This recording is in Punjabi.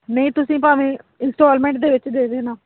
ਨਹੀਂ ਤੁਸੀਂ ਭਾਵੇਂ ਇੰਸਟੋਲਮੈਂਟ ਦੇ ਵਿੱਚ ਦੇ ਦੇਣਾ